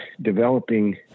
developing